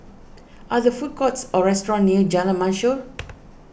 are there food courts or restaurants near Jalan Mashhor